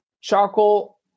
charcoal